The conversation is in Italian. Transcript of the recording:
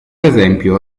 esempio